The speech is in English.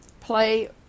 Play